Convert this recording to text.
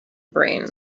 brain